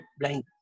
blind